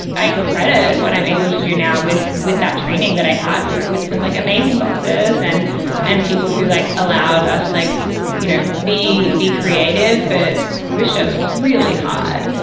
i credit what i'm able to do now with with that training that i had with some like amazing bosses and and people who like allowed us to like you know be be creative that pushed us really hard.